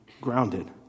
grounded